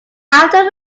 after